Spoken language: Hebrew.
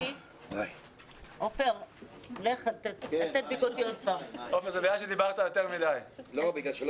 שמראה על הפחתה של תשלומי הורים ולא מתווה של